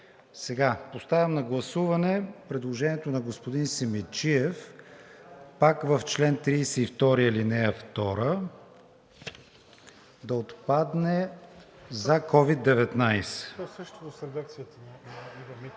Поставям на гласуване предложението на господин Симидчиев пак в чл. 32, ал. 2 да отпадне „за COVID-19“.